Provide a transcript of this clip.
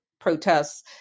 protests